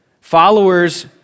Followers